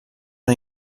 una